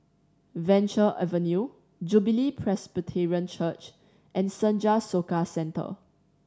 Venture Avenue Jubilee Presbyterian Church and Senja Soka Centre